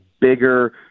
bigger